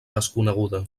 desconeguda